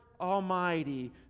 Almighty